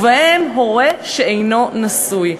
ובהם הורה שאינו נשוי,